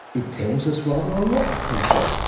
it tells us rather a lot, peter.